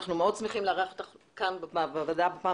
אנחנו מאוד שמחים לארח אותך כאן בוועדה בפעם